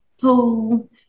pool